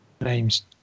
name's